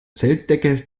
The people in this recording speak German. zeltdecke